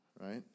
Right